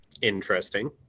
Interesting